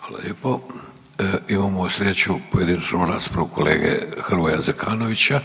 Hvala lijepo. Imamo sljedeću pojedinačnu raspravu kolege Hrvoja Zekanovića